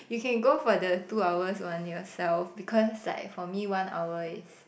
you can go for the two hours one yourself because like for me one hour is